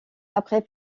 après